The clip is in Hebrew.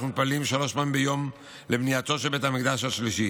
אנחנו מתפללים שלוש פעמים ביום לבנייתו של בית המקדש השלישי.